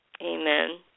Amen